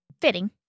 fitting